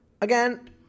Again